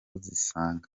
zisanga